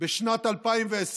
בשנות 2020,